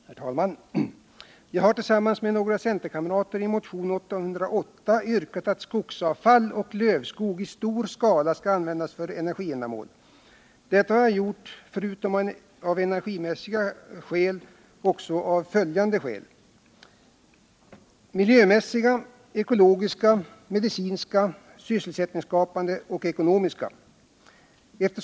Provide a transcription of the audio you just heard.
Herr talman! Jag har tillsammans med några centerkamrater i motionen 808 yrkat att skogsavfall och lövskog i stor skala skall användas för energiändamål. Detta har jag, förutom av energimässiga skäl, gjort av miljömässiga, ekologiska, medicinska, sysselsättningsskapande och ekonomiska skäl.